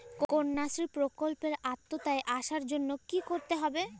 কন্যাশ্রী প্রকল্পের আওতায় আসার জন্য কী করতে হবে?